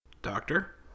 Doctor